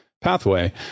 pathway